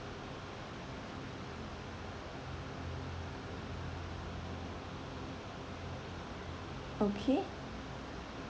okay